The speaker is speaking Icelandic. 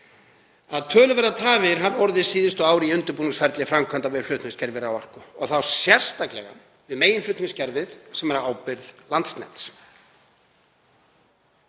að töluverðar tafir hafi orðið síðustu ár í undirbúningsferli framkvæmda við flutningskerfi raforku og þá sérstaklega við meginflutningskerfið sem er á ábyrgð Landsnets.